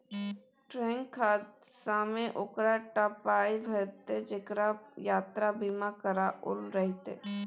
ट्रेनक हादसामे ओकरे टा पाय भेटितै जेकरा यात्रा बीमा कराओल रहितै